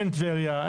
אין טבריה,